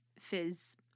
Fizz